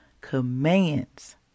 commands